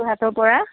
যোৰহাটৰ পৰা